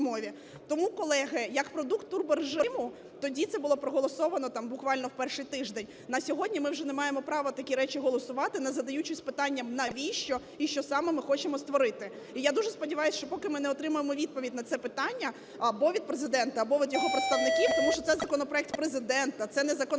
Тому, колеги, як продукт турборежиму тоді це було проголосовано буквально в перший тиждень, на сьогодні ми вже не маємо права такі речі голосувати, не задаючись питанням, навіщо і що саме ми хочемо створити. І я дуже сподіваюсь, що поки ми не отримаємо відповідь на це питання або від Президента, або від його представників, тому що це законопроект Президента, це не законопроект